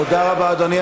תודה רבה, אדוני.